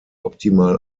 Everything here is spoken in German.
optimal